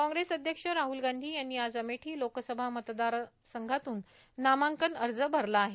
कांग्रेस अधक्ष राहूल गांधी यांनी आज अमेठी लोकसभा मतदाररसंघातून नामांकन अर्ज भरला आहे